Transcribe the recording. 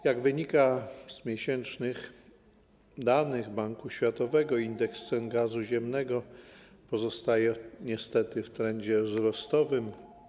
Jak wynika z miesięcznych danych Banku Światowego, indeks cen gazu ziemnego pozostaje niestety w trendzie wzrostowym.